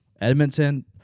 Edmonton